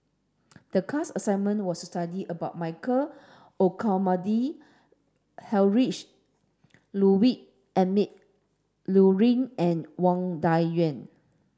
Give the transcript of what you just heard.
the class assignment was to study about Michael Olcomendy Heinrich Ludwig Emil Luering and Wang Dayuan